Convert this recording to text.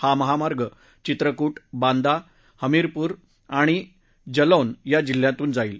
हा महामार्ग चित्रकूठ ांबंदा हमीरपूर आणि जलौन या जिल्ह्यांमधून जाईल